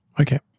Okay